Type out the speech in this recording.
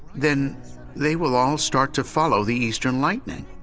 then they will all start to follow the eastern lightning.